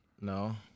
No